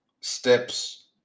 steps